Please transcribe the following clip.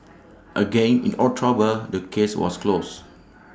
again in October the case was closed